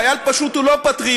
חייל פשוט הוא לא פטריוט?